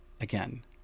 again